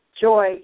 joy